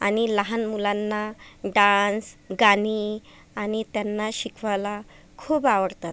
आणि लहान मुलांना डान्स गाणी आणि त्यांना शिकवायला खूप आवडतात